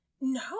No